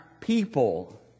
people